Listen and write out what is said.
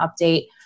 update